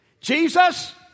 Jesus